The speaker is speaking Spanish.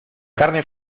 carne